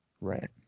right